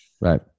Right